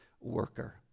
worker